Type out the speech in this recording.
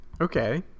Okay